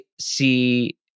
see